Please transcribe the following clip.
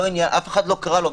אף אחד לא קרא לו,